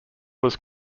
was